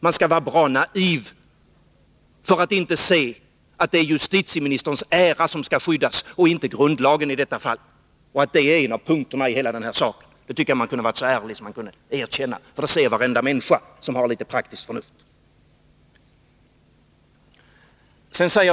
Man skall vara bra naiv för att inte se att det är justitieministerns ära som skall skyddas och inte grundlagen i detta fall och att det är en av punkterna i hela den här saken. Jag tycker att man kunde ha varit så ärlig att man erkänt detta, för det ser varenda människa som har litet praktiskt förnuft.